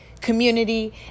community